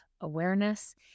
awareness